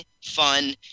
fun